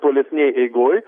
tolesnėj eigoj